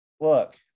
Look